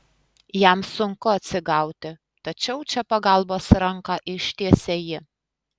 jam sunku atsigauti tačiau čia pagalbos ranką ištiesia ji